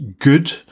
good